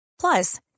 Plus